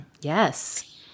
Yes